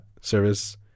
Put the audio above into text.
service